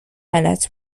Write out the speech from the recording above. غلط